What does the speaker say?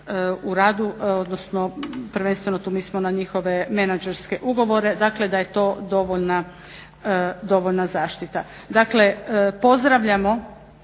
u radu, odnosno prvenstveno tu mislimo na njihove menadžerske ugovore. Dakle, da je to dovoljna zaštita. Dakle, pozdravljamo